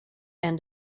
end